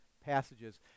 passages